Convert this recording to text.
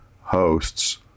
hosts